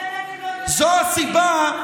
זו הסיבה,